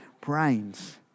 brains